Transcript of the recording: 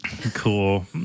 cool